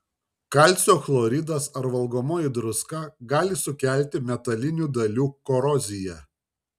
kalcio chloridas ar valgomoji druska gali sukelti metalinių dalių koroziją